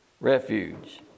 refuge